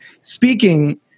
speaking